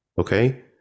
okay